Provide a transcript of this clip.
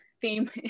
theme